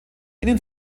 den